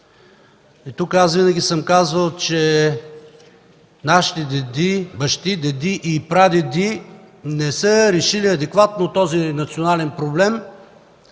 Тук винаги съм казвал, че нашите бащи, деди и прадеди не са решили адекватно този национален проблем,